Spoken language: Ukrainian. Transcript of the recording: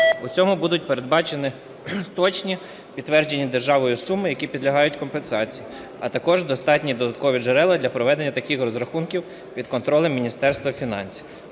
У ньому будуть передбачені точні підтверджені державою суми, які підлягають компенсації, а також достатні додаткові джерела для проведення таких розрахунків під контролем Міністерства фінансів.